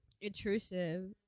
intrusive